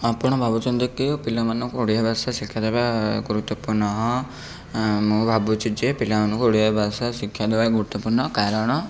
ଆପଣ ଭାବୁଛନ୍ତି କି ପିଲାମାନଙ୍କୁ ଓଡ଼ିଆ ଭାଷା ଶିକ୍ଷା ଦେବା ଗୁରୁତ୍ୱପୂର୍ଣ୍ଣ ହଁ ମୁଁ ଭାବୁଛି ଯେ ପିଲାମାନଙ୍କୁ ଓଡ଼ିଆ ଭାଷା ଶିକ୍ଷା ଦେବା ଗୁରୁତ୍ୱପୂର୍ଣ୍ଣ କାରଣ